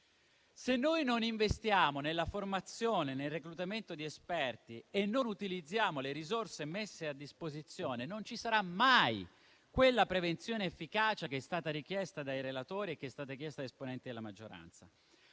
Se noi non investiamo nella formazione e nel reclutamento di esperti e non utilizziamo le risorse messe a disposizione, non ci sarà mai quella prevenzione e quella efficacia che sono state richieste dai relatori e da esponenti della maggioranza.